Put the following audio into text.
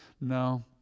No